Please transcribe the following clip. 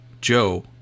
Joe